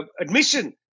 admission